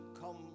come